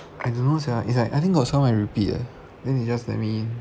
I don't know sia it's like I think got some I repeat leh then they just let me